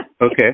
Okay